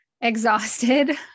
exhausted